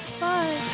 Bye